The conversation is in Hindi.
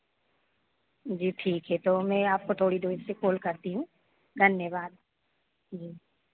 जी ठीक है तो मैं आपको थोड़ी देर से कॉल करती हूँ धन्यवाद जी